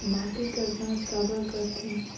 माटी कर जांच काबर करथे?